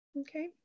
okay